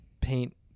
paint